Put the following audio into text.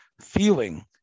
feeling